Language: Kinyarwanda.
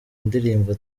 ndirimbo